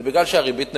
זה כי הריבית נמוכה,